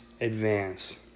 advance